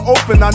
open